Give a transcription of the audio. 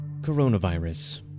Coronavirus